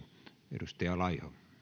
arvoisa